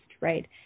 right